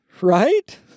right